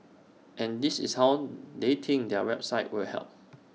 and this is how they think their website will help